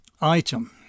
Item